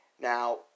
Now